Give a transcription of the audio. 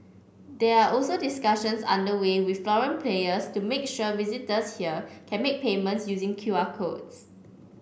there are also discussions under way with foreign players to make sure visitors here can make payments using Q R codes